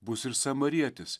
bus ir samarietis